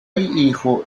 hijo